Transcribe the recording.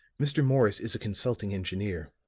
mr. morris is a consulting engineer.